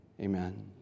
Amen